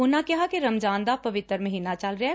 ਉਨ੍ਫਾਂ ਕਿਹਾ ਕਿ ਰਮਜ਼ਾਨ ਦਾ ਪਵਿੱਤਰ ਮਹੀਨਾ ਚੱਲ ਰਿਹੈ